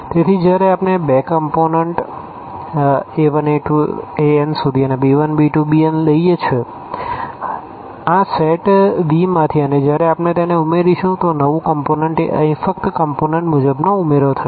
તેથી જ્યારે આપણે આ બે કમપોનન્ટa1a2an b1b2bn લઈએ છીએ આ સેટ Vમાંથી અને જ્યારે આપણે તેને ઉમેરીશું તો નવું કમપોનન્ટએ અહીં ફક્ત કમપોનન્ટ મુજબનો ઉમેરો થશે